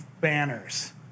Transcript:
banners